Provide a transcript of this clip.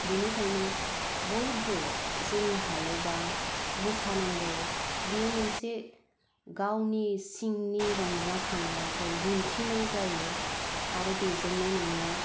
बिनिखायनो बयबो जोङो हायोबा मोसानांगौ बियो मोनसे गावनि सिंनि रंजाखांनायखौ दिन्थिनाय जायो आरो बेजोंनो नोङो